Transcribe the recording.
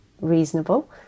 reasonable